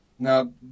Now